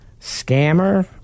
Scammer